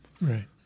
Right